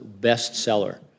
bestseller